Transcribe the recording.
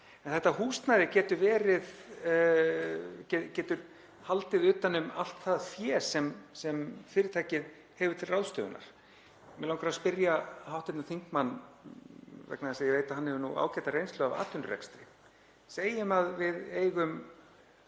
en þetta húsnæði getur haldið utan um allt það fé sem fyrirtækið hefur til ráðstöfunar. Mig langar að spyrja hv. þingmann, vegna þess að ég veit að hann hefur ágæta reynslu af atvinnurekstri: Segjum að við eigum